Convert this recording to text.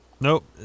Nope